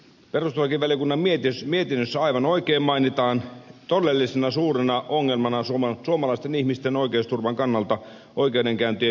ensinnäkin perustuslakivaliokunnan mietinnössä aivan oikein mainitaan todellisena suurena ongelmana suomalaisten ihmisten oikeusturvan kannalta oikeudenkäyntien viivästyminen